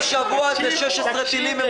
כל שבוע זה 16 טילים.